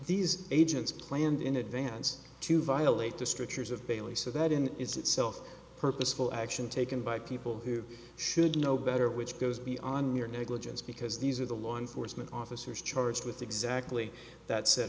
these agents planned in advance to violate the structures of bailey so that in itself purposeful action taken by people who should know better which goes be on your negligence because these are the law enforcement officers charged with exactly that set